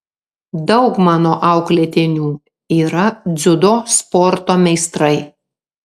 daug mano auklėtinių yra dziudo sporto meistrai